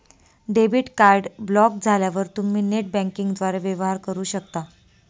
debit card block झाल्यावर तुम्ही net बँकिंगद्वारे वेवहार करू शकता